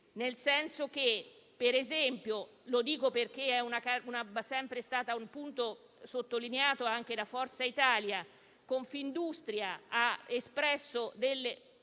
significative. Per esempio - lo dico perché è sempre stato un punto sottolineato anche da Forza Italia - Confindustria ha espresso delle